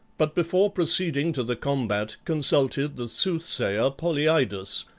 but before proceeding to the combat consulted the soothsayer polyidus,